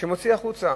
שמוציא החוצה